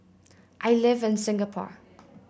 I live in Singapore